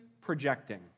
projecting